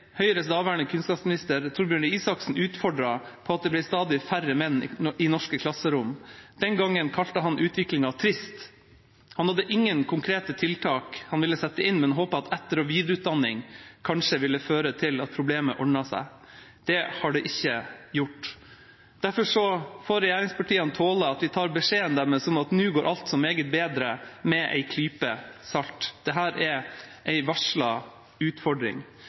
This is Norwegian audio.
stadig færre menn i norske klasserom. Den gangen kalte han utviklingen trist. Han hadde ingen konkrete tiltak han ville sette inn, men håpet at etter- og videreutdanning kanskje ville føre til at problemet ordnet seg. Det har det ikke gjort. Derfor får regjeringspartiene tåle at vi tar beskjeden deres om at «nu går alt så meget bedre», med en klype salt. Dette er en varslet utfordring. Vi har i lengre tid hørt at det kommer en plan for rekruttering. Det er